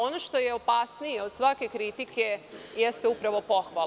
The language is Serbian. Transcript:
Ono što je opasnije od svake kritike jeste upravo pohvala.